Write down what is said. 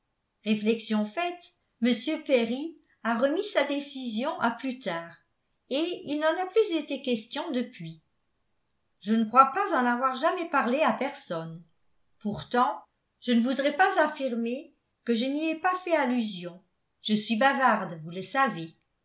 réflexion faite m perry a remis sa décision à plus tard et il n'en a plus été question depuis je ne crois pas en avoir jamais parlé à personne pourtant je ne voudrais pas affirmer que je n'y ai pas fait allusion je suis bavarde vous le savez